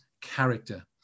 character